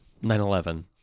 9/11